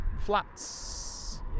flats